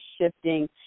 shifting